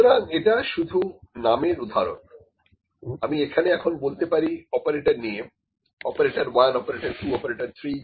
সুতরাং এটা শুধু নামের উদাহরণ আমি এখানে এখন বলতে পারি অপারেটর নিয়ে অপারেটর 1 অপারেটর 2 অপারেটর 3